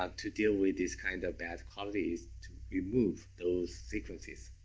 ah to deal with this kind of bad quality is to remove those sequences.